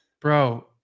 Bro